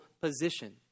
position